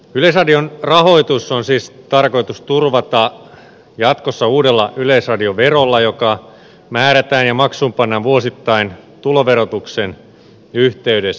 yleisradion rahoitus on siis tarkoitus turvata jatkossa uudella yleisradioverolla joka määrätään ja maksuunpannaan vuosittain tuloverotuksen yhteydessä